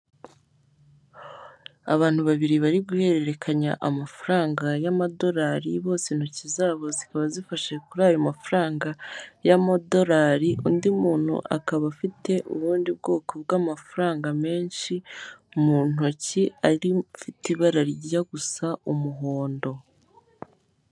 Abantu babiri bari guhererekanya amafaranga y'amadorari bose intoki zabo zikaba zifashe kuri ayo mafaranga y'amadorari, undi muntu akaba afite ubundi bwoko bw'amafaranga menshi mu ntoki ari afite ibara rigiye gusa umuhondo.